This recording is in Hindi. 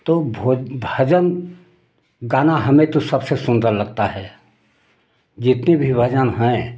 तो भो भजन गाना हमें तो सबसे सुंदर लगता है जितनी भी भजन हैं